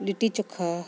litti ᱪᱚᱠᱷᱟ